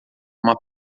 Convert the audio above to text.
uma